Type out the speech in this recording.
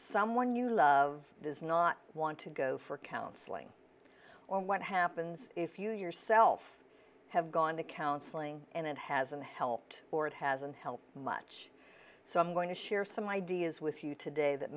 someone you love does not want to go for counseling or what happens if you yourself have gone to counseling and it hasn't helped or it hasn't helped much so i'm going to share some ideas with you today that